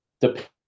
depends